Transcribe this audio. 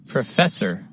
Professor